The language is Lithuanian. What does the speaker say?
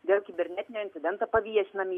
dėl kibernetinio incidento paviešinami